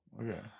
okay